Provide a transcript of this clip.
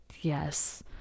Yes